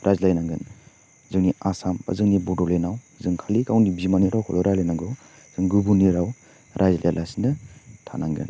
रायज्लायनांगोन जोंनि आसाम बा जोंनि बड'लेण्डआव जों खालि गावनि बिमानि रावखौल' रायलायनांगौ जों गुबुननि राव रायलाया लासेनो थानांगोन